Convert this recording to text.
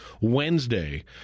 Wednesday